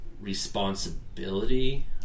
responsibility